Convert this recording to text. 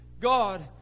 God